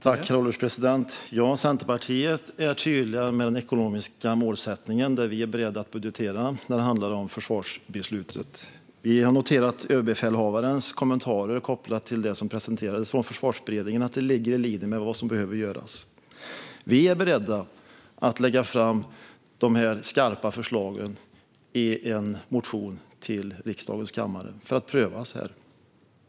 Herr ålderspresident! Centerpartiet är tydligt med den ekonomiska målsättningen. Vi är beredda att budgetera när det handlar om försvarsbeslutet. Vi har noterat överbefälhavarens kommentarer kopplat till det som presenterades från Försvarsberedningen. Detta ligger i linje med vad som behöver göras. Vi är beredda att lägga fram de skarpa förslagen i en motion till riksdagens kammare för att få dem prövade här.